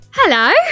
Hello